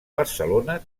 barcelona